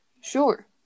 Sure